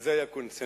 על זה היה קונסנזוס.